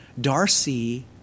Darcy